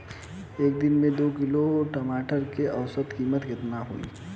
एक दिन में दो किलोग्राम टमाटर के औसत कीमत केतना होइ?